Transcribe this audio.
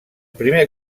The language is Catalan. primer